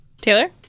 Taylor